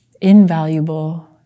Invaluable